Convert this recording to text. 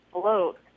float